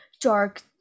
dark